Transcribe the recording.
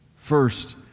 First